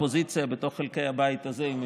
האופוזיציה בתוך חלקי הבית הזה היא,